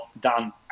done